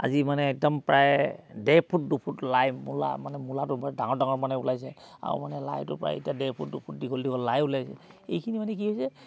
আজি মানে একদম প্ৰায় ডেৰ ফুট দুফুট লাই মূলা মানে মূলাটো ডাঙৰ ডাঙৰ মানে ওলাইছে আৰু মানে লাইটো প্ৰায় এতিয়া ডেৰফুট দুফুট দীঘল দীঘল লাই ওলাইছে এইখিনি মানে কি হৈছে